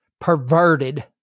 perverted